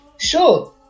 Sure